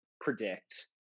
predict